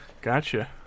Gotcha